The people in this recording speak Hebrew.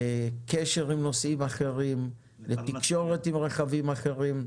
לקשר עם נוסעים אחרים, לתקשורת עם רכבים אחרים.